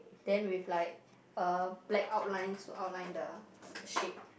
then with like uh black outlines to outline the shape